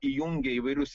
įjungia įvairius